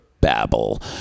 babble